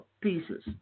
pieces